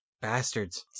Bastards